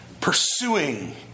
pursuing